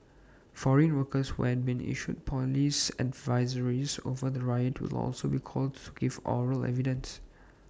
foreign workers who had been issued Police advisories over the riot will also be called to give oral evidence